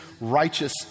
righteous